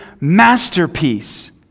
masterpiece